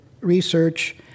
Research